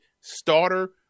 starter